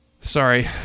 Sorry